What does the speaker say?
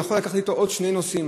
הוא יכול לקחת אתו עוד שני נוסעים,